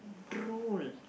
true